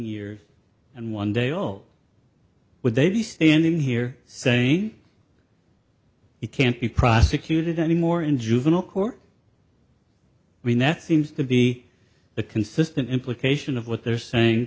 years and one day old would they be standing here saying it can't be prosecuted anymore in juvenile court when that seems to be a consistent implication of what they're saying